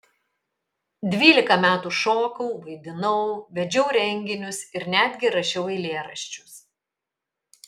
dvylika metų šokau vaidinau vedžiau renginius ir netgi rašiau eilėraščius